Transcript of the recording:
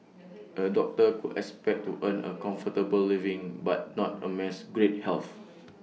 A doctor could expect to earn A comfortable living but not amass great health